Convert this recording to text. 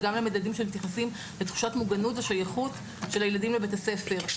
וגם למדדים שמתייחסים לתחושת מוגנות ושייכות של הילדים בבית-הספר.